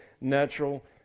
natural